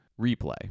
Replay